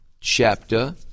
chapter